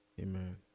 Amen